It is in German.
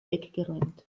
weggeräumt